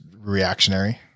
reactionary